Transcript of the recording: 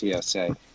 TSA